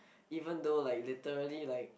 even though like literally like